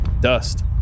Dust